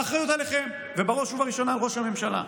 האחריות עליכם, ובראש ובראשונה על ראש הממשלה.